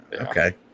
okay